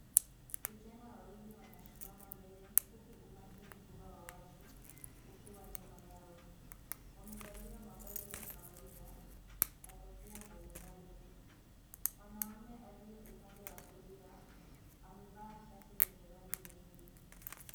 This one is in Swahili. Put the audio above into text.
Vijana wawili wanasimama mbele huku umati mkubwa wa watu ukiwa nyuma yao. Wamevalia mavazi ya kawaida na kofia mbalimbali. Mwanamume aliye upande wa kulia amevaa shati lenye rangi nyingi.